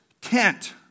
tent